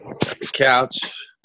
Couch